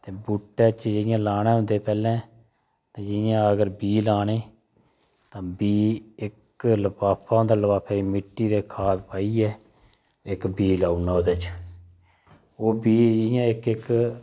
बूह्टा जियां लाना ओह्दे कशा पैह्लें ते जियां अगर बीऽ लाने तां बीऽ इक्क बंद लिफाफा ते लफाफै च मिट्टी ते खाद पाइयै इक्क बीह् लाई ओड़ना ओह्दे च ओह् बीऽ इंया इक्क इक्क